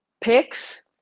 picks